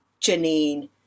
Janine